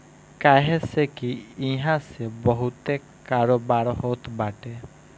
काहे से की इहा से बहुते कारोबार होत बाटे